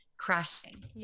crashing